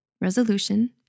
Resolution